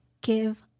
give